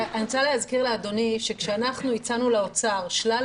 אני רוצה להזכיר לאדוני שכשאנחנו הצענו לאוצר שלל